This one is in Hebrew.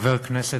חברי כנסת,